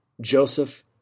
Joseph